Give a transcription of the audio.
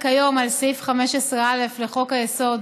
כיום על פי סעיף 15(א) לחוק היסוד,